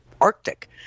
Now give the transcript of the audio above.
arctic